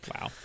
Wow